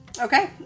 Okay